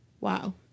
Wow